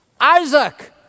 Isaac